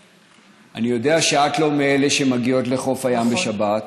יודע שאת לא מאלה שמגיעות לחוף הים בשבת,